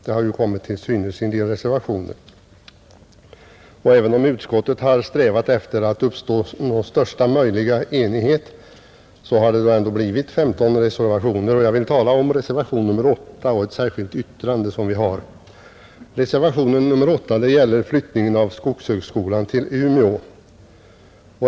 Det har kommit till synes i några reservationer. Även om utskottet har strävat efter att uppnå största möjliga enighet, har det ändå blivit 15 reservationer. Jag vill tala om reservationen 8 och ett särskilt yttrande som vi har. Reservationen 8 gäller flyttningen av skogshögskolan till Umeå.